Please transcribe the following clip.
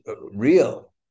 real